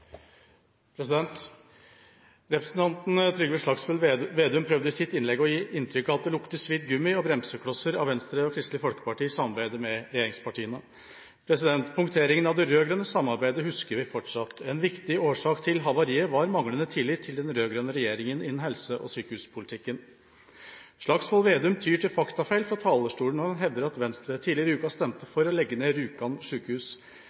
Representanten Trygve Slagsvold Vedum prøvde i sitt innlegg å gi inntrykk av at det lukter svidd gummi og bremseklosser av Venstre og Kristelig Folkeparti i samarbeidet med regjeringspartiene. Punkteringen av det rød-grønne samarbeidet husker vi fortsatt. En viktig årsak til havariet var manglende tillit til den rød-grønne regjeringa innen helse- og sykehuspolitikken. Slagsvold Vedum tyr til faktafeil fra talerstolen og hevder at Venstre tidligere i uka stemte